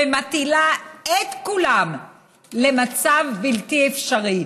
ומטילה את כולם למצב בלתי אפשרי,